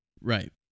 Right